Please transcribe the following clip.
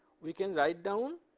we can write down